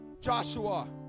joshua